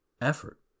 effort